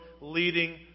leading